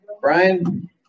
Brian